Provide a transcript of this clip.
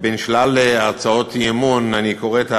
מבין שלל הצעות האי-אמון, אני קורא את הראשונה,